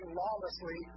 lawlessly